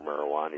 marijuana